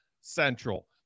central